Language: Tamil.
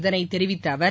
இதனை தெரிவித்த அவர்